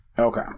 Okay